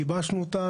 גיבשנו אותה.